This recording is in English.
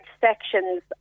sections